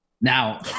Now